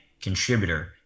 contributor